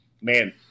man